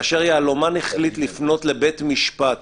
כאשר יהלומן החליט לפנות לבית משפט